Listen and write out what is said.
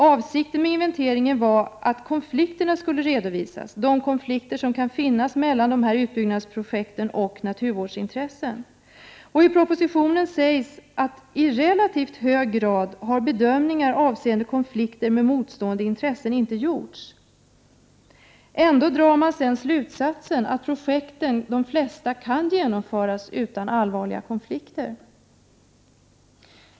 Avsikten med inventeringen var att konflikterna skulle redovisas, konflikter som kan finnas mellan utbyggnadsprojektet och naturvårdsintressen. I propositionen sägs att i relativt hög grad har bedömningar avseende konflikter med motstående intressen inte gjorts. Ändå dras slutsatsen att de flesta projekt kan genomföras utan allvarliga konflikter.